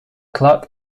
clock